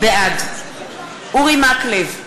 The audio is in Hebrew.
בעד אורי מקלב,